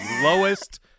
lowest